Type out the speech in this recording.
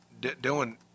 Dylan